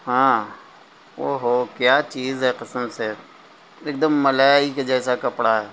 ہاں اوہو کیا چیز ہے قسم سے ایک دم ملائی کے جیسا کپڑا ہے